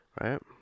Right